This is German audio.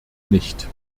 nicht